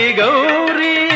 Gauri